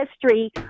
history